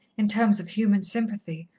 in terms of human sympathy,